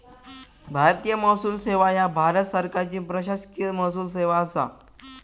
भारतीय महसूल सेवा ह्या भारत सरकारची प्रशासकीय महसूल सेवा असा